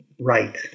right